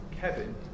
Kevin